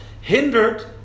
hindered